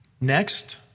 Next